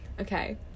Okay